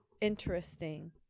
interesting